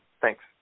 Thanks